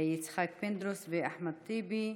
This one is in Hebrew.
יצחק פינדרוס ואחמד טיבי.